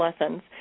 lessons